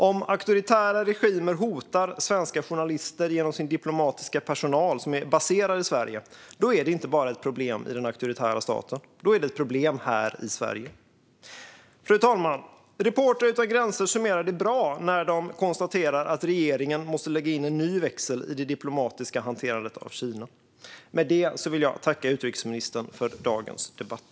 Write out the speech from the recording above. Om auktoritära regimer hotar svenska journalister genom diplomatisk personal som är baserad i Sverige är det inte bara ett problem i den auktoritära staten. Då är det ett problem här i Sverige. Fru talman! Reportrar utan gränser summerar det bra när de konstaterar att regeringen måste lägga in en ny växel i det diplomatiska hanterandet av Kina. Med detta vill jag tacka utrikesministern för dagens debatt.